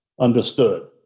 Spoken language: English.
Understood